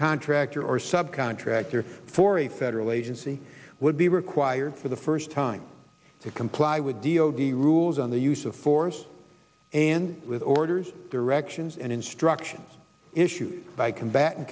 contractor or sub contractor for a federal agency would be required for the first time to comply with d o d rules on the use of force and with orders directions and instructions issued by combat